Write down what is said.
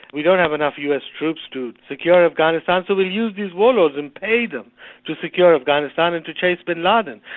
we don't have enough us troops to secure afghanistan, so we'll use these warlords and pay them to secure afghanistan and to chase bin laden.